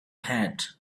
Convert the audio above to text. had